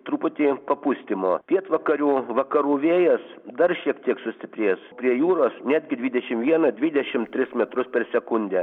truputį papūstymo pietvakarių vakarų vėjas dar šiek tiek sustiprės prie jūros netgi dvidešim vieną dvidešim tris metrus per sekundę